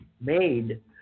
made